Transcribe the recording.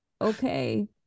okay